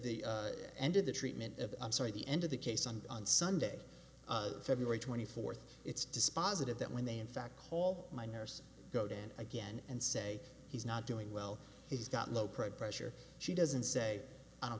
the end of the treatment of i'm sorry the end of the case on on sunday february twenty fourth it's dispositive that when they in fact call my nurse go down again and say he's not doing well he's got no pride pressure she doesn't say i don't